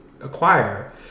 acquire